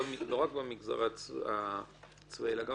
לא רק במגזר הצבאי אלא גם